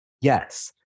Yes